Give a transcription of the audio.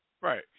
Right